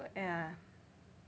ya